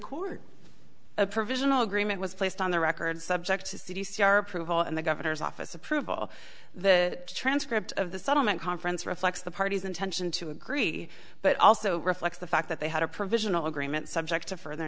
court a provisional agreement was placed on the record subject to c c r approval and the governor's office approval that transcript of the settlement conference reflects the party's intention to agree but also reflects the fact that they had a provisional agreement subject to further